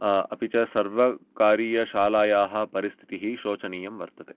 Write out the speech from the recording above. अपि च सर्वकारीयशालायाः परिस्थितिः शोचनीया वर्तते